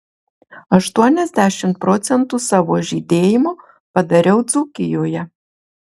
aštuoniasdešimt procentų savo žydėjimo padariau dzūkijoje